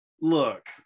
look